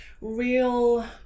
real